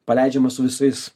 paleidžiamas su visais